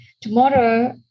tomorrow